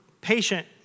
patient